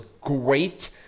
great